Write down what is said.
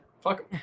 fuck